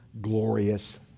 glorious